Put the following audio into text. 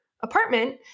apartment